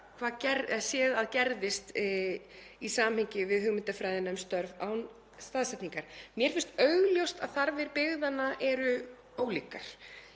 höfum séð að gerðist í samhengi við hugmyndafræðina um störf án staðsetningar. Mér finnst augljóst að þarfir byggðanna eru ólíkar.